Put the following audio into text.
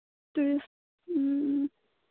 tourist ꯎꯝ ꯎꯝ